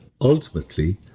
ultimately